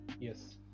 Yes